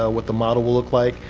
ah what the model will look like.